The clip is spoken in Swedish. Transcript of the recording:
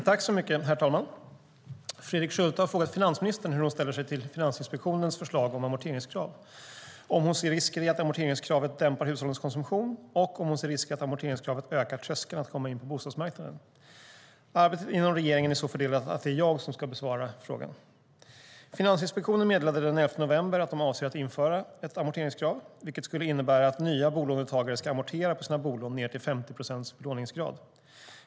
Herr talman! Fredrik Schulte har frågat finansministern hur hon ställer sig till Finansinspektionens förslag om amorteringskrav, om hon ser risker i att amorteringskravet dämpar hushållens konsumtion och om hon ser risker att amorteringskravet ökar tröskeln att komma in på bostadsmarknaden. Arbetet inom regeringen är så fördelat att det är jag som ska besvara frågan. Finansinspektionen meddelade den 11 november att de avser att införa ett amorteringskrav, vilket skulle innebära att nya bolånetagare ska amortera på sina bolån ned till 50 procents belåningsgrad.